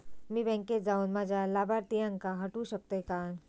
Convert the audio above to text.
मी बँकेत जाऊन माझ्या लाभारतीयांका हटवू शकतय काय?